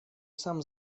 сам